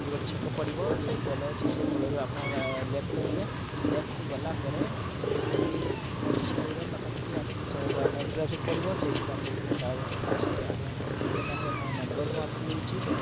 ସେଠି ଗୋଟେ ଛକ ପଡ଼ିବ ସେଇଠି ପୋଲ ଅଛି ସେ ପୋଲରୁ ଆପଣ ଲେଫ୍ଟକୁ ଯିବେ ଲେଫ୍ଟକୁ ଗଲା ପରେ ସେଇଠି ମଝି ସାହିର ପାଖାପାଖି ଆପଣଙ୍କୁ ଶହେ ବୟାନବେ ମିଟର୍ ଆସିବାକୁ ପଡ଼ିବ ସେଇଠି ତା'ପରେ ଗୋଟେ ତାଳ ଗଛ ଥିବ ସେଇଠି ଆପଣ ଅଟକିବେ ତା'ପରେ ମୋ ନମ୍ବର ମୁଁ ଆପଣଙ୍କୁ ଦେଇ ଦେଇଛି